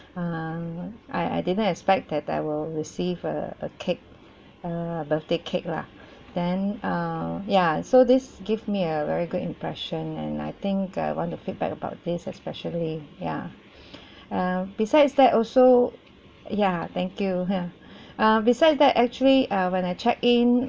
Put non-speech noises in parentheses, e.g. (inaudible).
um I I didn't expect that I will receive a a cake err birthday cake lah then uh ya so this give me a very good impression and I think uh I want to feedback about this especially ya (breath) err besides that also ya thank you (laughs) uh beside that actually uh when I checked in